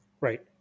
Right